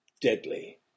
deadly